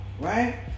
right